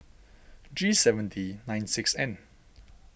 G seven D nine six N